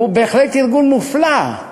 הוא בהחלט ארגון מופלא,